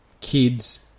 kids